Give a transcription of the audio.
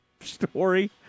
story